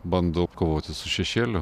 bandau kovoti su šešėliu